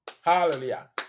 hallelujah